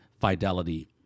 fidelity